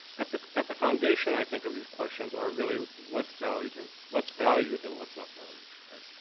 at the at the foundation, i think, of these questions, are really what's valued and what's valued and what's not valued, right?